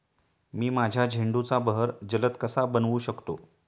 मी माझ्या झेंडूचा बहर जलद कसा बनवू शकतो?